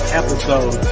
episode